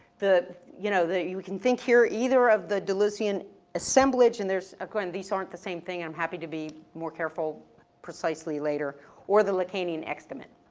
the, you know, the, you can think here, either of the deleuzian assemblage and there's, again, these aren't the same thing i'm happy to be more careful precisely later or the lacanian externment.